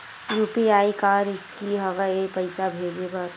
UPI का risky हंव ए पईसा भेजे बर?